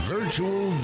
Virtual